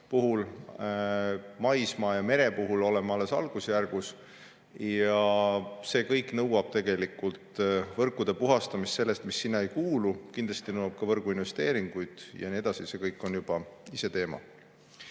olnud, maismaa ja mere puhul oleme alles algusjärgus. See kõik nõuab võrkude puhastamist sellest, mis sinna ei kuulu. Kindlasti nõuab ka võrguinvesteeringuid ja nii edasi, aga see on juba ise teema.